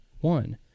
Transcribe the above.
one